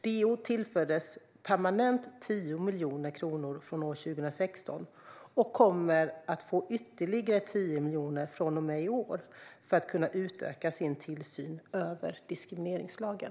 DO tillfördes permanent 10 miljoner kronor från år 2016 och kommer att få ytterligare 10 miljoner från och med i år för att kunna utöka sin tillsyn över diskrimineringslagen.